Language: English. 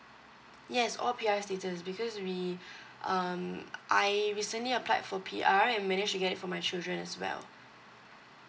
yes all P_R status because we um I recently applied for P_R and managed to get for my children as well